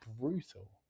brutal